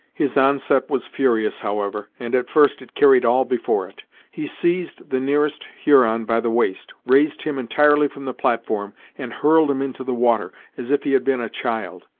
his onset was furious, however, and at first it carried all before it. he seized the nearest huron by the waist, raised him entirely from the platform, and hurled him into the water, as if he had been a child.